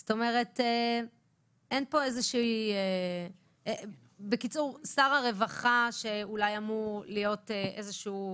זאת אומרת שאין פה איזושהי -- שר הרווחה שאולי אמור להיות איזשהו